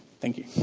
thank you.